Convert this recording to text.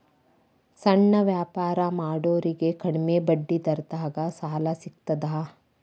ಸಣ್ಣ ವ್ಯಾಪಾರ ಮಾಡೋರಿಗೆ ಕಡಿಮಿ ಬಡ್ಡಿ ದರದಾಗ್ ಸಾಲಾ ಸಿಗ್ತದಾ?